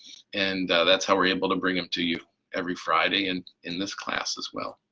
and that's how we're able to bring them to you every friday and in this class as well.